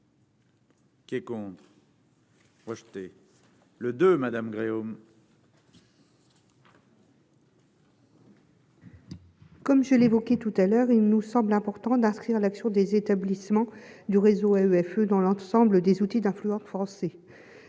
Qui compte moi. Le 2, madame Gréaume. Comme je l'évoquais tout à l'heure, il nous semble important d'inscrire l'action des établissements du réseau EFE dans l'ensemble des outils d'influence français